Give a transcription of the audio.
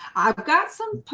i've got some